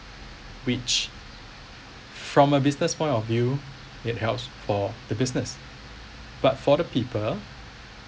which from a business point of view it helps for the business but for the people